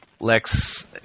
Lex